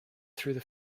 through